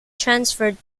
transferred